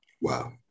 Wow